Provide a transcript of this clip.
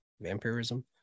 vampirism